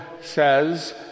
says